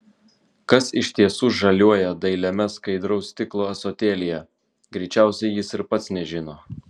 kas iš tiesų žaliuoja dailiame skaidraus stiklo ąsotėlyje greičiausiai jis ir pats nežino